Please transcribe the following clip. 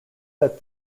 that